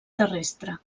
terrestre